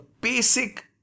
basic